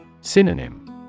Synonym